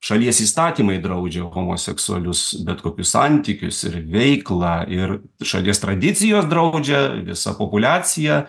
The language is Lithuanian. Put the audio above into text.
šalies įstatymai draudžia homoseksualius bet kokius santykius ir veiklą ir šalies tradicijos draudžia visa populiacija